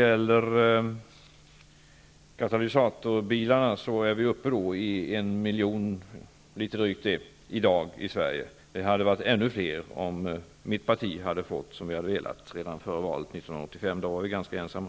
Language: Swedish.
är nu uppe i litet drygt en miljon katalysatorbilar i Sverige. Det hade varit ännu fler om vi i mitt parti hade fått som vi velat redan före valet 1985. Då var vi ganska ensamma.